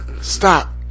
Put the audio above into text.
Stop